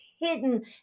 hidden